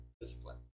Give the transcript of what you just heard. discipline